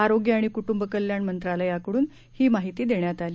आरोग्य आणि कूट्रंब कल्याण मंत्रालयाकडून ही माहिती देण्यात आली